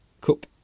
Cup